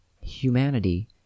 humanity